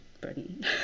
Britain